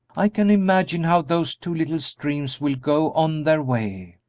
i can imagine how those two little streams will go on their way,